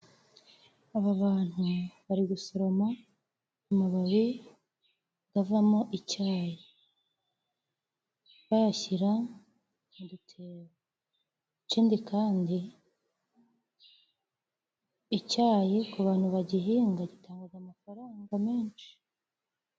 Aba bantu bari gusoroma amababi gavamo icyayi bayashyira mu dutebo. Ikindi kandi icyayi ku bantu bagihinga gitangaga amafaranga menshi.